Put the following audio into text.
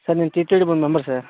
sir నేను TTD board member sir